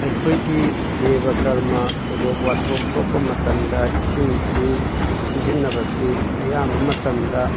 ꯑꯩꯈꯣꯏꯗꯤ ꯗꯦꯕ ꯀꯔꯃꯥ ꯊꯧꯗꯣꯛ ꯋꯥꯊꯣꯛ ꯊꯣꯛꯄ ꯃꯇꯝꯗ ꯏꯁꯤꯡꯁꯤ ꯁꯤꯖꯤꯟꯅꯕꯁꯤ ꯑꯌꯥꯝꯕ ꯃꯇꯝꯗ